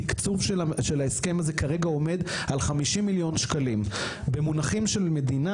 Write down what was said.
התקצוב של ההסכם הזה עומד כרגע על 50 מיליון שקלים במונחים של מדינה,